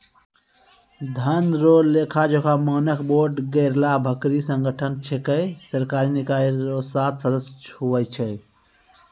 धन रो लेखाजोखा मानक बोर्ड गैरलाभकारी संगठन छिकै सरकारी निकाय रो सात सदस्य हुवै छै